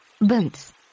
Boots